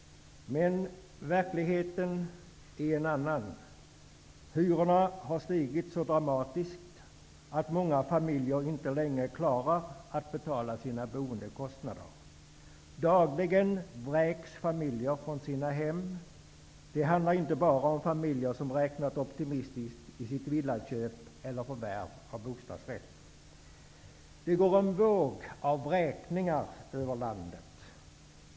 Men verkligheten är nu en annan. Hyrorna har stigit så dramatiskt att många familjer inte längre klarar att betala sina boendekostnader. Dagligen vräks familjer från sina hem. Det handlar inte bara om familjer som räknat optimistiskt vid sitt villaköp eller förvärv av bostadsrätt. Det går en våg av vräkningar över landet.